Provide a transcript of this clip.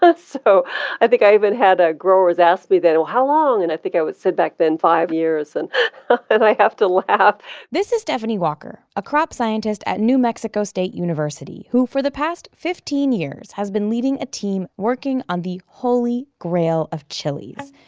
but so i think i even had ah growers ask me, they'd go, how long? and i think i would say, back then, five years. and but i have to laugh this is stephanie walker, a crop scientist at new mexico state university, who, for the past fifteen years, has been leading a team working on the holy grail of chilis,